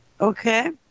Okay